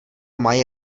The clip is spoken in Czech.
mají